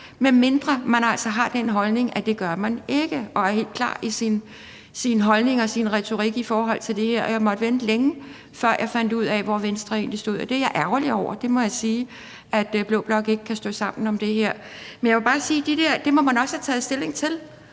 medmindre man altså har den holdning, at det gør man ikke, og er helt klar i sin holdning og sin retorik i forhold til det her. Jeg måtte vente længe, før jeg fandt ud af, hvor Venstre egentlig stod. Jeg er ærgerlig over, at blå blok ikke kan stå sammen om det her. Det må jeg sige. Men jeg må bare sige, at man også må have taget stilling til